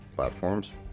platforms